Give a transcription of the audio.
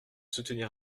soutenir